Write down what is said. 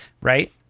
right